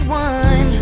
one